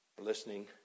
listening